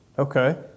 Okay